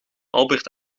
albert